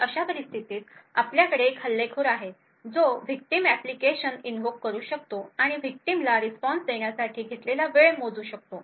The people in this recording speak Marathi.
तर अशा परिस्थितीत आपल्याकडे एक हल्लेखोर आहे जो विक्टिम एप्लीकेशन इनव्होक करू शकतो आणि विक्टिमला रिस्पॉन्स देण्यासाठी घेतलेला वेळ मोजू शकतो